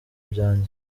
byanjye